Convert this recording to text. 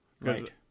right